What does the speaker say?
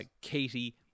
Katie